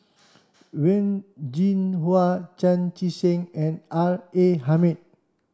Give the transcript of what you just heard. Wen Jinhua Chan Chee Seng and R A Hamid